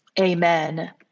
amen